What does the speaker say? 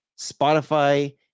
Spotify